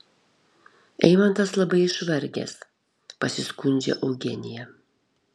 eimantas labai išvargęs pasiskundžia eugenija